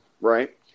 right